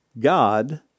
God